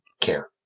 care